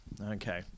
Okay